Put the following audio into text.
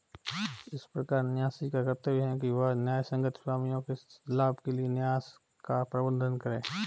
इस प्रकार न्यासी का कर्तव्य है कि वह न्यायसंगत स्वामियों के लाभ के लिए न्यास का प्रबंधन करे